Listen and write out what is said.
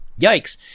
Yikes